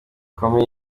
comey